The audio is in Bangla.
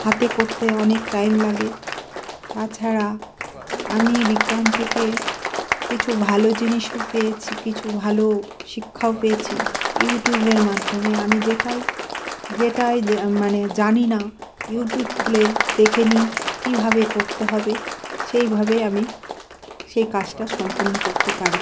হাতে করতে অনেক টাইম লাগে তাছাড়া আমি বিজ্ঞান থেকে কিছু ভালো জিনিসও পেয়েছি কিছু ভালো শিক্ষাও পেয়েছি ইউটিউবের মাধ্যমে আমি যেটাই যেটাই যে মানে জানি না ইউটিউব খুলে দেখে নিই কীভাবে করতে হবে সেইভাবেই আমি সেই কাজটা সম্পূর্ণ করতে পারি